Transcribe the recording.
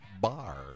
bar